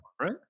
right